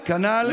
כנ"ל,